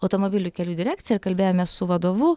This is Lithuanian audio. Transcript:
automobilių kelių direkciją ir kalbėjomės su vadovu